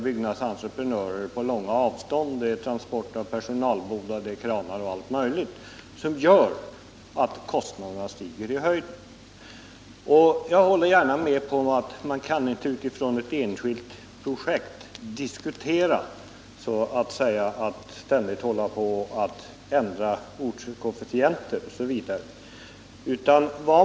Byggnadsentreprenörer får hämtas från långt håll vilket innebär transport av personalbodar, kranar m.m. Detta gör att kostnaderna stiger i höjden. Jag håller gärna med om att man inte utifrån ett enskilt projekt kan diskutera ständiga ändringar av ortskoefficienten.